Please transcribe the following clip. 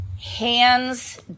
hands